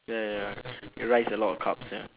ya ya ya c~ c~ your rice a lot of carbs ya